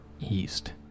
east